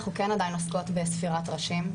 אנחנו עוסקות בספירת הנשים,